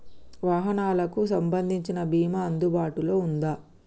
వాహనాలకు సంబంధించిన బీమా అందుబాటులో ఉందా?